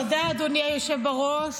תודה, אדוני היושב בראש.